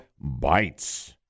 bites